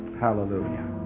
Hallelujah